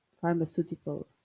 pharmaceutical